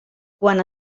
quan